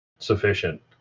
sufficient